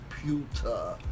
computer